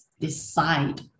decide